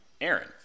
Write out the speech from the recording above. Aaron